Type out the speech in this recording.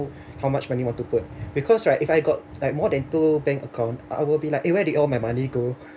how much money want to put because right if I got like more than two bank account I will be like eh where did all my money go